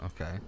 Okay